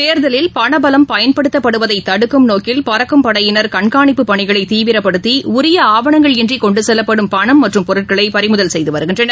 தோதலில் பணபலம் பயன்படுத்தப்படுவதைதடுக்கும் நோக்கில் பறக்கும் படையினர் கண்காணிப்பு பணிகளைதீவிரப்படுத்திஉரியஆவணங்களின்றிகொண்டுசெல்லப்படும் பணம் மற்றும் பொருட்களைபறிமுதல் செய்துவருகின்றனர்